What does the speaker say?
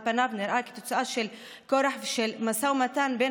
על פניו זה נראה כתוצאה של כורח ושל משא ומתן בין